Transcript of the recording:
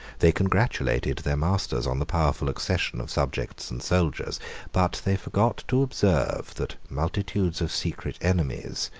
they congratulated their masters on the powerful accession of subjects and soldiers but they forgot to observe, that multitudes of secret enemies,